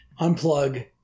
unplug